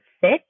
sit